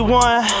one